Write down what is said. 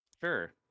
Sure